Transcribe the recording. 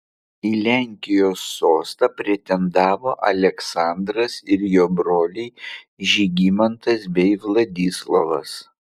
į lenkijos sostą pretendavo aleksandras ir jo broliai žygimantas bei vladislovas